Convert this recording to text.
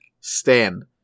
stand